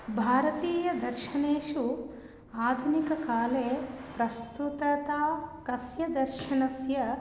भारतीयदर्शनेषु आधुनिककाले प्रस्तुतस्य कस्य दर्शनस्य